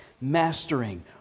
Mastering